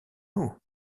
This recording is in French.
nous